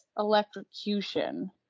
Electrocution